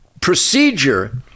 procedure